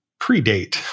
predate